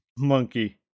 monkey